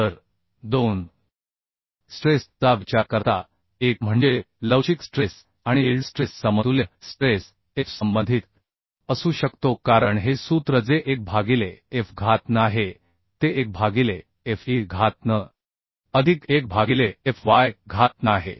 तर दोन स्ट्रेस चा विचार करता एक म्हणजे लवचिक स्ट्रेस आणि ईल्ड स्ट्रेस समतुल्य स्ट्रेस f संबंधित असू शकतो कारण हे सूत्र जे 1 भागिले f घात n आहे ते 1 भागिले f e घात nअधिक 1 भागिले f y घात n आहे